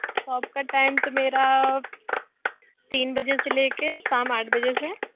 तो आपका टाइम तो मेरा तीन बजे से लेकर शाम आठ बजे से